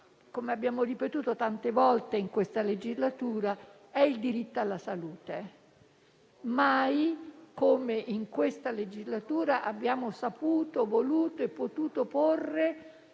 come abbiamo ripetuto tante volte in questa legislatura - è il diritto alla salute. Mai come in questa legislatura abbiamo saputo, voluto e potuto porre